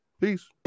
peace